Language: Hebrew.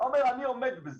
הוא אומר אני עומד בזה,